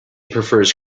prefers